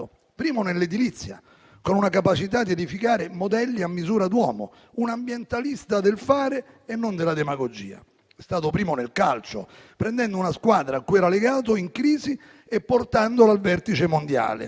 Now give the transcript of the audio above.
Primo nell'edilizia, con una capacità di edificare modelli a misura d'uomo; un ambientalista del fare e non della demagogia. È stato primo nel calcio, prendendo una squadra, cui era legato, che era in crisi e portandola al vertice mondiale,